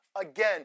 Again